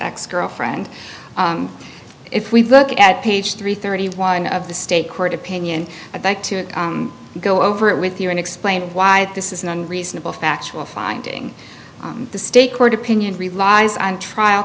ex girlfriend if we look at page three thirty one of the state court opinion i'd like to go over it with you and explain why this is an unreasonable factual finding the state court opinion relies on trial